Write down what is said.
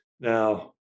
now